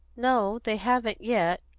no, they haven't yet,